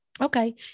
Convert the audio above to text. Okay